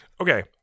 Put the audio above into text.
Okay